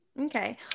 Okay